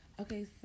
Okay